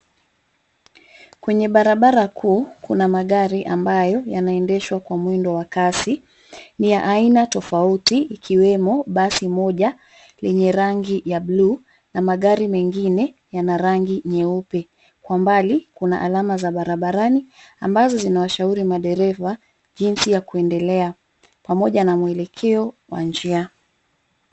Kwenye barabara kuu kuna magari ambayo yanaendeshwa kwa mwendo wa kasi. Ni ya aina tofauti ikiwemo basi moja yenye rangi ya bluu na magari mengine yana rangi nyeupe. Kwa mbali kuna alama za barabarani ambazo zinawashauri madereva jinsi ya kuendelea pamoja na mwelekeo wa njia.